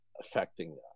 affecting